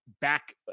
back